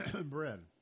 bread